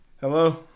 Hello